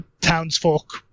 Townsfolk